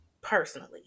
personally